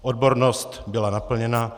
Odbornost byla naplněna.